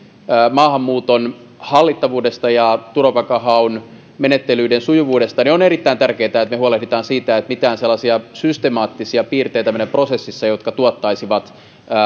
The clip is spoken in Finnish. maahanmuuton hallittavuudesta ja turvapaikkahaun menettelyiden sujuvuudesta on erittäin tärkeätä että me huolehdimme siitä että ei ole mitään sellaisia systemaattisia piirteitä meidän prosessissamme jotka tuottaisivat